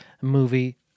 movie